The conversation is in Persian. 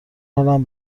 حالم